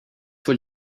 what